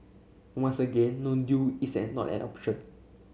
once again no deal is an not an option